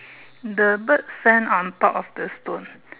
the bird stand on top of the stone